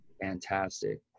fantastic